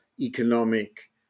economic